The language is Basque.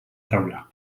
taula